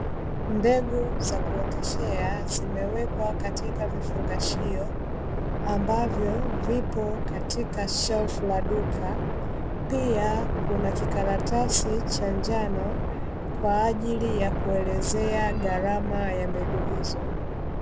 Mbegu za kuoteshea zimewekwa katika vifungashio, ambavyo vipo katika shelfu la duka. Pia kuna kikaratasi cha njano kwa ajili ya kuelezea gharama ya mbegu hizo.